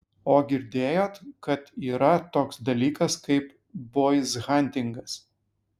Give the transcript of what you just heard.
o girdėjot kad yra toks dalykas kaip boizhantingas